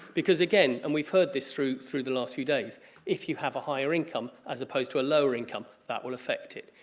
because again and we've heard this through through the last few days if you have a higher income as opposed to a lower income that will affect it.